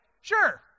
Sure